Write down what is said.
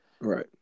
Right